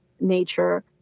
nature